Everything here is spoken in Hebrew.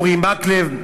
אורי מקלב,